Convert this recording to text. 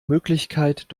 möglichkeit